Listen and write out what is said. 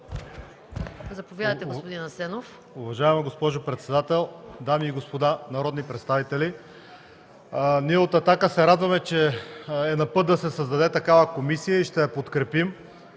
Заповядайте, господин Ципов.